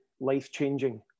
life-changing